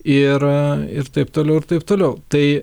ir ir taip toliau ir taip toliau tai